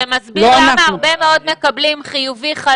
זה מסביר למה הרבה מאוד מקבלים חיובי-חלש,